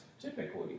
typically